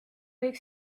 kõik